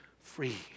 free